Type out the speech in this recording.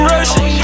Russian